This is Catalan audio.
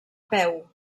peu